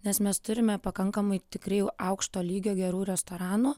nes mes turime pakankamai tikrai jau aukšto lygio gerų restoranų